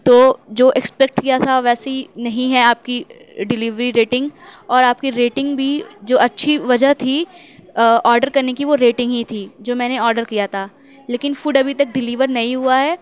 تو جو ایکسپیکٹ کیا تھا ویسی نہیں ہے آپ کی ڈلیوری ریٹنگ اور آپ کی ریٹنگ بھی جو اچھی وجہ تھی آرڈر کرنے کی وہ ریٹنگ ہی تھی جو میں نے آرڈر کیا تھا لیکن فُڈ ابھی تک ڈلیور نہیں ہُوا ہے